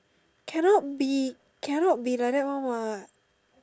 can not be can not be like that one what